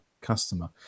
customer